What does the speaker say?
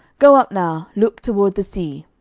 go up now, look toward the sea.